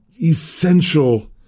Essential